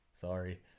sorry